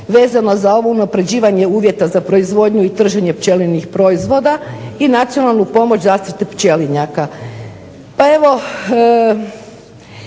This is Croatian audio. vezano za ovo unapređivanje uvjeta za proizvodnju i držanje pčelinjih proizvoda i nacionalnu pomoć zaštite pčelinjaka.